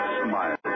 smile